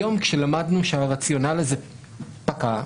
היום, כשלמדנו שהרציונל הזה פקע,